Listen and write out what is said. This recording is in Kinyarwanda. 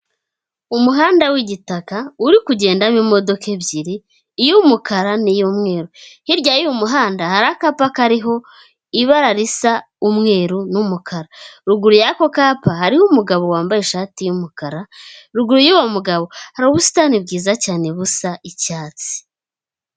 Umuhanda w'igitaka uri kugenda mo imodoka ebyiri, iyumukara n'iyumweru, hirya y'umuhanda hari akapa kariho ibara risa umweru n'umukara, ruguru yako kapa hariho umugabo wambaye ishati y'umukara, ruguru yuwo mugabo hari ubusitani bwiza cyane busa icyatsi.